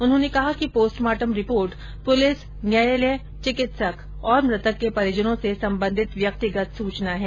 उन्होंने कहा कि पोस्टमार्टम रिपोर्ट पुलिस न्यायालय चिकित्सक और मृतक के परिजनों से संबंधित व्यक्तिगत सूचना है